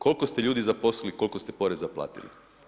Koliko ste ljudi zaposlili, koliko ste poreza platili?